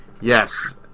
yes